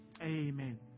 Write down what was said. amen